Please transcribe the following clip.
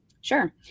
Sure